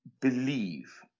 believe